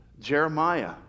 Jeremiah